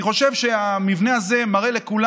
אני חושב שהמבנה הזה מראה לכולם.